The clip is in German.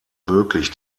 möglich